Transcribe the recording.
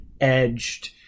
edged